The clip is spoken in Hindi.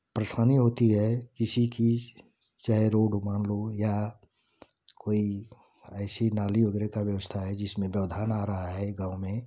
परेशानी होती है किसी की चाहे रोड मान लो या कोई ऐसी नाली वगैरह का व्यवस्था है जिसमें व्यवधान आ रहा है गाँव में